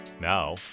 Now